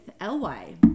Ly